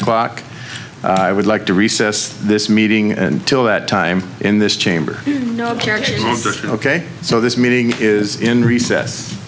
o'clock i would like to recess this meeting and till that time in this chamber ok so this meeting is in recess